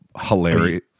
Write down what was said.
hilarious